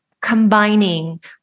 combining